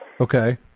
Okay